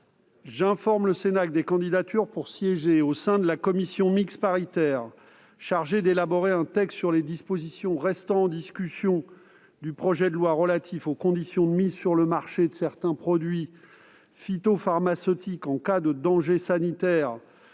J'informe le Sénat que les candidatures pour siéger au sein de la commission mixte paritaire chargée d'élaborer un texte sur les dispositions restant en discussion du projet de loi relatif aux conditions de mise sur le marché de certains produits phytopharmaceutiques en cas de danger sanitaire